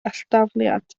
alldafliad